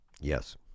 yes